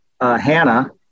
Hannah